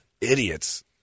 idiots